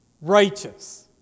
righteous